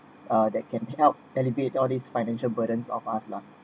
uh that can help alleviate all these financial burdens of us lah